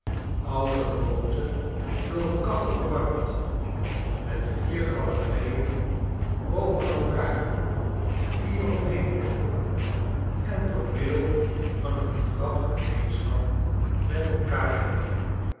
oudergewoonte door een kachel verwarmd met vier galerijen boven elkaar die er omheen loopen en door middel van een trap gemeenschap met elkaar hebben